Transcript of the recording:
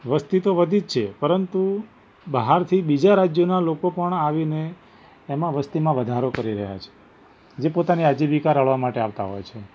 વસ્તી તો વધી જ છે પરંતુ બહારથી બીજા રાજ્યના લોકો પણ આવીને એમાં વસ્તીમાં વધારો કરી રહ્યા છે જે પોતાની અજીવિકા રળવા માટે આવતા હોય છે